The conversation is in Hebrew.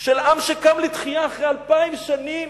של עם שקם לתחייה אחרי אלפיים שנים